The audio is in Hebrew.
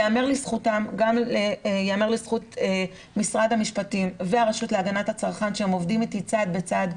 ייאמר לזכות משרד המשפטים והרשות להגנת הצרכן שהם עובדים איתי צעד בצעד.